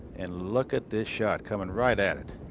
and look at this shot coming right at at